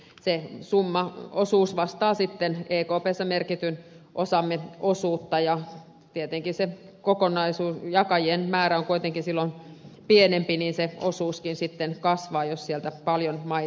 se summa osuus vastaa sitten ekpssä merkityn osamme osuutta ja tietenkin kun se jakajien määrä on kuitenkin silloin pienempi se osuuskin sitten kasvaa jos sieltä paljon maita puuttuu